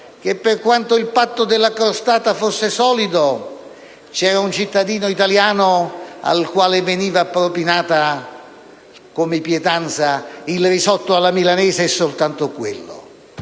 che, per quanto il patto della crostata fosse solido, c'era un cittadino italiano al quale veniva propinato come pietanza il risotto alla milanese, e soltanto quello.